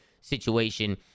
situation